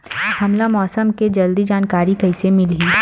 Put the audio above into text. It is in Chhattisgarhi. हमला मौसम के जल्दी जानकारी कइसे मिलही?